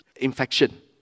infection